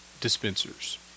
dispensers